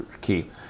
key